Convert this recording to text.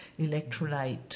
electrolyte